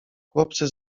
chłopcy